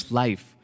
life